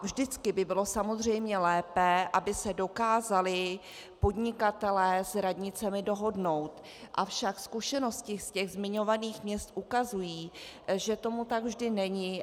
Vždycky by bylo samozřejmě lépe, aby se dokázali podnikatelé s radnicemi dohodnout, avšak zkušenosti zmiňovaných měst ukazují, že tomu tak vždy není.